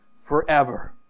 forever